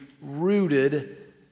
rooted